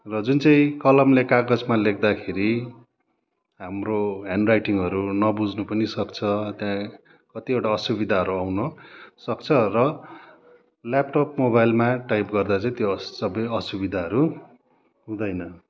र जुन चाहिँ कलमले कागजमा लेख्दाखेरि हाम्रो ह्यान्ड राइटिङहरू नबुझ्नु पनि सक्छ त्यहाँ कतिवटा असुविधाहरू आउनसक्छ र ल्यापटप मोबाइलमा टाइप गर्दा चाहिँ त्यो सबै असुविधाहरू हुँदैन